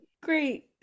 great